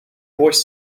voice